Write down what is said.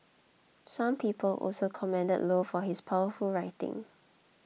some people also commended low for his powerful writing